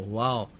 wow